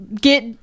get